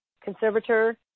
conservator